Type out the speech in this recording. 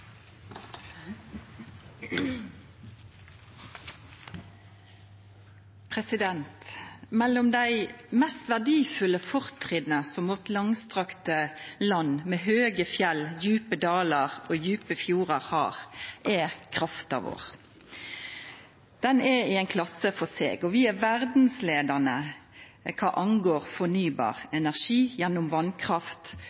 Mellom dei mest verdifulle fortrinna som det langstrakte landet vårt – med høge fjell, djupe dalar og djupe fjordar – har, er krafta vår. Ho er i ei klasse for seg. Vi er verdsleiande når det gjeld fornybar